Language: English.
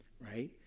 right